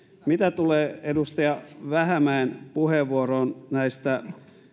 mitä tulee edustaja vähämäen puheenvuoroon näistä